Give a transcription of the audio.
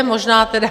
Možná tedy